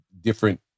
different